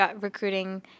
recruiting